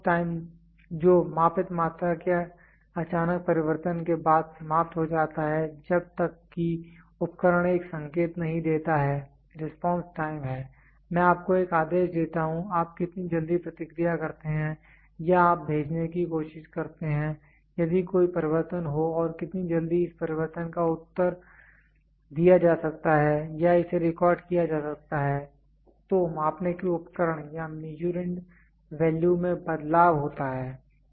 response time जो मापित मात्रा के अचानक परिवर्तन के बाद समाप्त हो जाता है जब तक कि उपकरण एक संकेत नहीं देता है रिस्पांस टाइम है मैं आपको एक आदेश देता हूं आप कितनी जल्दी प्रतिक्रिया करते हैं या आप भेजने की कोशिश करते हैं यदि कोई परिवर्तन हो और कितनी जल्दी इस परिवर्तन का उत्तर दिया जा सकता है या इसे रिकॉर्ड किया जा सकता है तो मापने के उपकरण या मीसुरंड वैल्यू में बदलाव होता है